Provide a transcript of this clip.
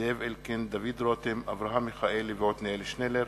זאב אלקין, דוד רותם, אברהם מיכאלי ועתניאל שנלר.